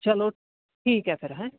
ਚਲੋ ਠੀਕ ਹੈ ਫਿਰ ਹੈਂ